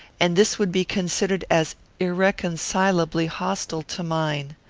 and this would be considered as irreconcilably hostile to mine.